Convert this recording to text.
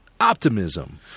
optimism